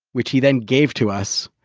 which he then gave to us.